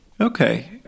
Okay